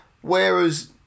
whereas